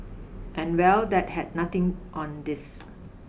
and well that had nothing on this